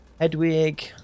Edwig